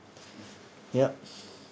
ya